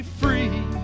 free